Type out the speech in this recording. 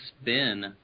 spin